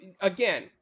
again